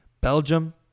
Belgium